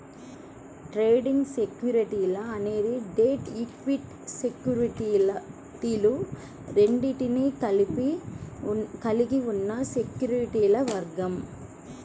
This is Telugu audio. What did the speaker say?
ట్రేడింగ్ సెక్యూరిటీలు అనేది డెట్, ఈక్విటీ సెక్యూరిటీలు రెండింటినీ కలిగి ఉన్న సెక్యూరిటీల వర్గం